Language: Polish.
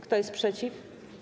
Kto jest przeciw?